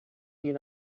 you